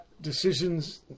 decisions